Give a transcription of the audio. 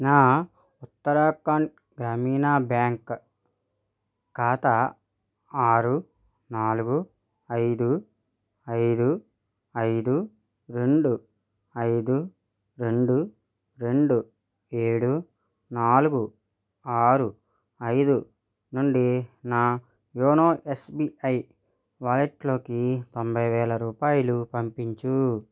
నా ఉత్తరాఖండ్ గ్రామీణ బ్యాంక్ ఖాతా ఆరు నాలుగు ఐదు ఐదు ఐదు రెండు ఐదు రెండు రెండు ఏడు నాలుగు ఆరు ఐదు నుండి నా యోనో ఎస్బీఐ వాలెట్లోకి తొంభై వేల రూపాయలు పంపించు